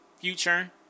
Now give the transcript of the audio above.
Future